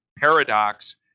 paradox